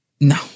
No